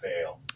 fail